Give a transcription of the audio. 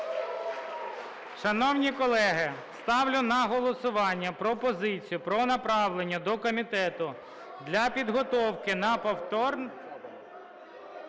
Голови, колеги. Ставлю на голосування пропозицію про направлення до комітету для підготовки на повторне